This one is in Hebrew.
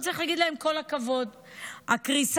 קודם כול צריך להגיד להם כל הכבוד.